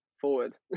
forward